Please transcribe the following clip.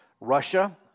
Russia